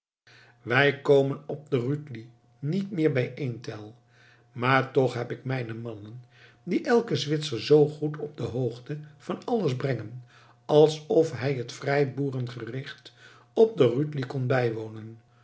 wij komen op de rütli niet meer bijeen tell maar toch heb ik mijne mannen die elken zwitser zoo goed op de hoogte van alles brengen alsof hij het vrijboeren gericht op de rütli kon bijwonen